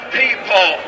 people